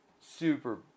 super